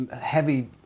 heavy